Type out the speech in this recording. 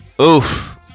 Oof